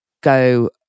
go